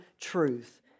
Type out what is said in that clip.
truth